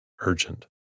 urgent